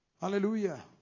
Hallelujah